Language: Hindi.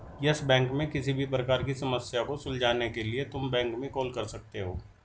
यस बैंक में किसी भी प्रकार की समस्या को सुलझाने के लिए तुम बैंक में कॉल कर सकते हो